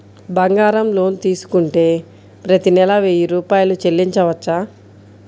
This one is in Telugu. బంగారం లోన్ తీసుకుంటే ప్రతి నెల వెయ్యి రూపాయలు చెల్లించవచ్చా?